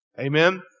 Amen